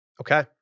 Okay